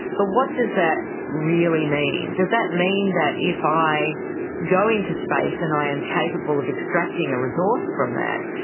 but what does that really mean? does that mean that if i go into space and i am capable of extracting a resource from that,